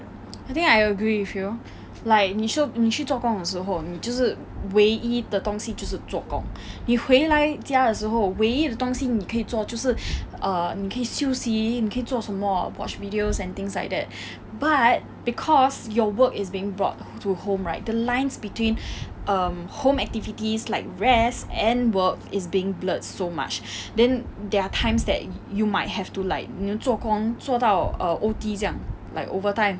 I think I agree with you like 你说你去做工的时候你就是唯一的东西就是做工你回来家的时候唯一的东西你可以做就是 err 你可以休息你可以做什么 watch videos and things like that but because your work is being brought to home right the lines between um home activities like rest and work is being blurred so much then there are times that you might have to like you know 做工做到 err O_T 这样 like overtime